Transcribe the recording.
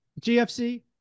GFC